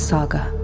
Saga